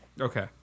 Okay